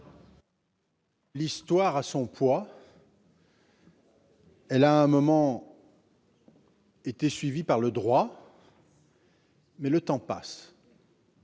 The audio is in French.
L'histoire a son poids, elle a été, un moment, suivie par le droit, mais le temps passe